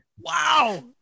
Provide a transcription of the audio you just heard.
Wow